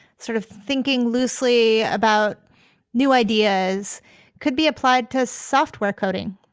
sort of thinking loosely about new ideas could be applied to software coding.